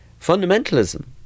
fundamentalism